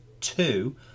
two